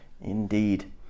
indeed